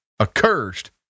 accursed